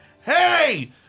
Hey